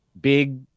big